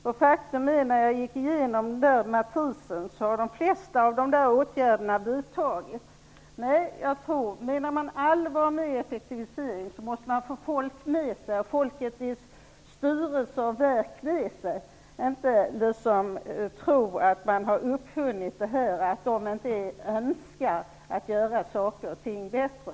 Faktum är att jag, när jag gick igenom matrisen, fann att de flesta av de åtgärder som jag föreslagit hade vidtagits. Om man menar allvar med effektivisering måste man få folk med sig, bl.a. i styrelser och verk. Man skall inte tro att man har uppfunnit effektiviseringen och att folk inte önskar göra saker och ting bättre.